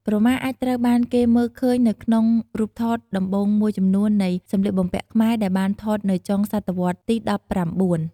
ក្រមាអាចត្រូវបានគេមើលឃើញនៅក្នុងរូបថតដំបូងមួយចំនួននៃសំលៀកបំពាក់ខ្មែរដែលបានថតនៅចុងសតវត្សទីដប់ប្រាំបួន។